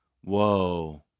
Whoa